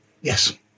Yes